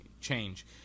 change